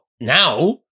now